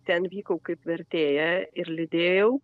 ten vykau kaip vertėja ir lydėjau